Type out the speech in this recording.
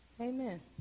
Amen